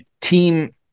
team